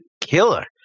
killer